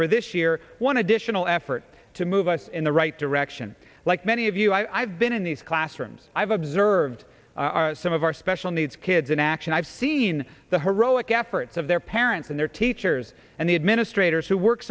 for this year one additional effort to move us in the right direction like many of you i've been in these classrooms i've observed are some of our special needs kids in action i've seen the heroic efforts of their parents and their teachers and the administrators w